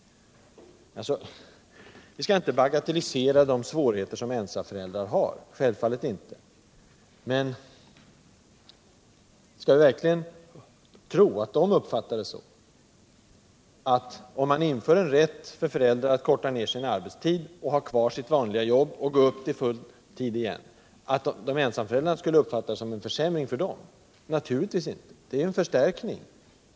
Vi skall inte förringa de svårigheter som ensamföräldrar har, självfallet inte. Men om vi inför en rätt för föräldrar att korta ner sin arbetstid, ha kvar sitt vanliga jobb och gå upp till full tid igen, skulle ensamföräldrar verkligen uppfatta det som en försämring? Naturligtvis är det en förbättring.